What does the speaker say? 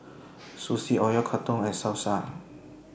Sushi Oyakodon and Salsa